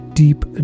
Deep